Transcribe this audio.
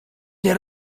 nie